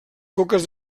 coques